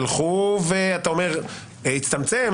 אתה אומר הצטמצם.